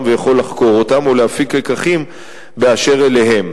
ויכול לחקור אותם או להפיק לקחים באשר אליהם.